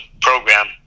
program